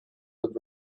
but